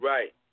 Right